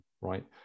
right